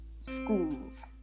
schools